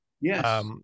Yes